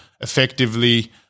effectively